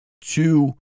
Two